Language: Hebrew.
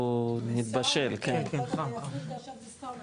המשמעות היא שהכסף הזה יכול